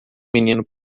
menino